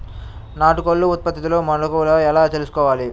నాటుకోళ్ల ఉత్పత్తిలో మెలుకువలు ఎలా తెలుసుకోవాలి?